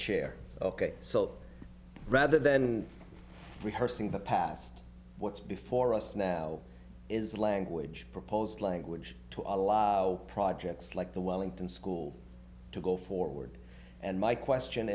chair ok so rather than rehearsing the past what's before us now is language proposed language to allow projects like the wellington school to go forward and my question